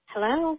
Hello